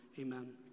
Amen